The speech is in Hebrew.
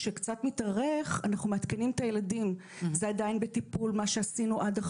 כשקצת מתארך אנחנו מעדכנים את הילדים - זה עדיין בטיפול,